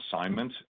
assignment